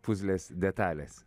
puzlės detalės